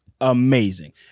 amazing